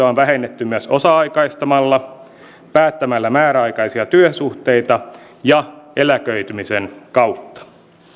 on vähennetty myös osa aikaistamalla päättämällä määräaikaisia työsuhteita ja eläköitymisen kautta